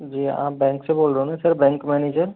जी आप बैंक से बोल रहे हो ना बैंक मैनेजर